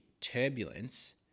turbulence